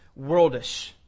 worldish